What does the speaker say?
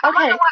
Okay